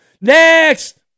Next